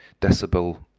decibel